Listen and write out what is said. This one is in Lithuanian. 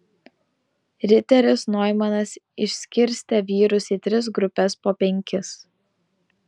riteris noimanas išskirstė vyrus į tris grupes po penkis